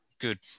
good